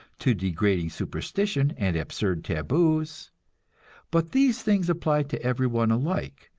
to degrading superstition and absurd taboos but these things apply to everyone alike,